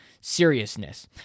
seriousness